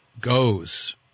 goes